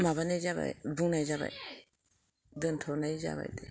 माबानाय जाबाय बुंनाय जाबाय दोन्थ'नाय जाबाय दे